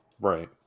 right